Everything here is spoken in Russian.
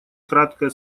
краткое